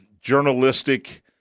journalistic